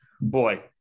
boy